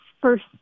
first